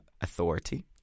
authority